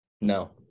No